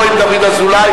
לא עם דוד אזולאי,